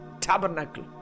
Tabernacle